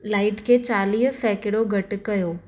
light खे चालीह सैकड़ो घटि कयो